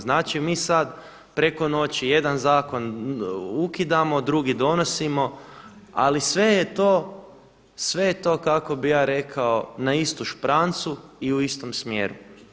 Znači mi sada preko noći jedan zakon ukidamo, drugi donosimo, ali sve je to kako bi ja rekao na istu šprancu i u istom smjeru.